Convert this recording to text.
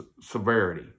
severity